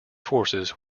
forces